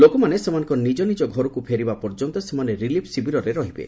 ଲୋକମାନେ ସେମାନଙ୍କ ନିଜ ନିଜ ଘରକୁ ଫେରିବା ପର୍ଯ୍ୟନ୍ତ ସେମାନେ ରିଲିଫ୍ ଶିବିରରେ ରହିବେ